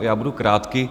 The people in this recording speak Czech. Já budu krátký.